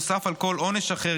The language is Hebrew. נוסף על כל עונש אחר,